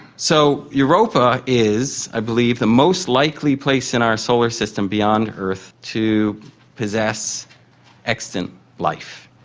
so europa is, i believe, the most likely place in our solar system beyond earth to possess extant life,